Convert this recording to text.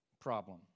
problem